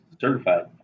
certified